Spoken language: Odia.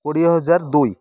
କୋଡ଼ିଏ ହଜାର ଦୁଇ